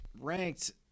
ranked